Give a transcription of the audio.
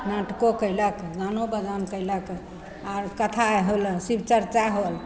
नाटको कएलक गानो बजान कएलक आओर कथा होल शिव चरचा होल